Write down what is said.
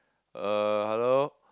uh hello